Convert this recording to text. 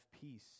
peace